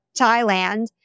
Thailand